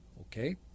Okay